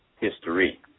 History